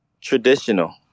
traditional